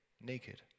naked